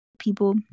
people